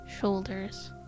shoulders